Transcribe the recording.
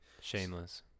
Shameless